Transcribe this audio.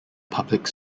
public